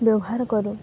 ବ୍ୟବହାର କରୁ